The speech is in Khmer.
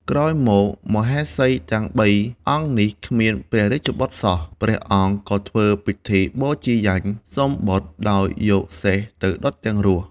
ក្រោយមក មហេសីទាំងបីអង្គនេះ គ្មាន ព្រះរាជ្យបុត្រសោះ ព្រះអង្គក៏ធ្វើពិធីបូជាយញ្ញសុំបុត្រដោយយកសេះទៅដុតទាំងរស់។